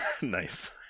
Nice